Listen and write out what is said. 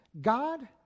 God